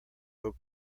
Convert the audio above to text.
oak